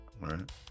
right